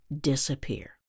disappear